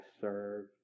serve